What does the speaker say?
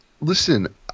listen